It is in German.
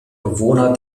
bewohner